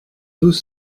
tous